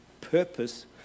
purpose